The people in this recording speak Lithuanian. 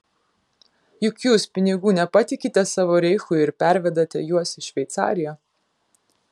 juk jūs pinigų nepatikite savo reichui ir pervedate juos į šveicariją